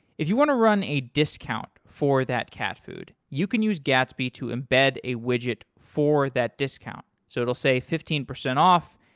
if you want to run a discount for that cat food, you can use gatsby to embed a widget for that discount. so it will say fifteen percent off,